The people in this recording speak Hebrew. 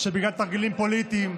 שבגלל תרגילים פוליטיים,